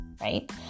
right